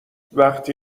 وقتی